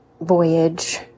voyage